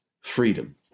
freedom